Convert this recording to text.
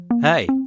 Hey